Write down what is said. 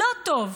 לא טוב.